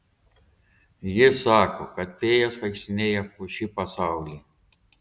jis sako kad fėjos vaikštinėja po šį pasaulį